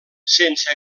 sense